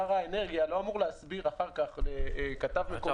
שר האנרגיה לא אמור להסביר אחר כך לכתב- -- אתה